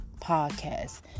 Podcast